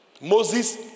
Moses